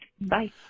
Bye